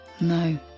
No